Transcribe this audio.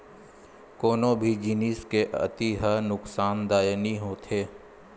कोनो भी जिनिस के अति ह नुकासानदायी होथे